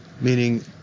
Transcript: Meaning